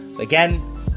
Again